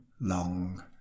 long